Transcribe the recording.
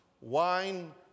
wine